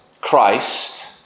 Christ